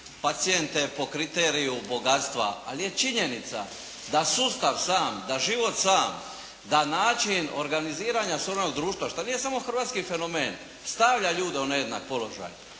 pacijente po kriteriju bogatstva. Ali je činjenica da sustav sam, da život sam, da način organiziranja suvremenog društva, što nije samo hrvatski fenomen stavlja ljude u nejednak položaj,